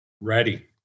Ready